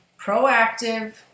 proactive